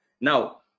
now